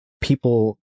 people